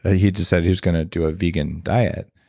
ah he decided he was going to do a vegan diet.